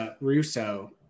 Russo